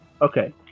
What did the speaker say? Okay